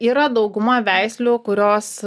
yra dauguma veislių kurios